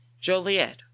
Joliet